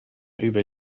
über